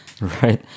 right